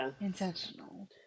intentional